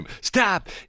Stop